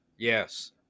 Yes